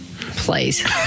Please